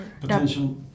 potential